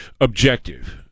objective